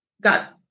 got